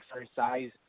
exercise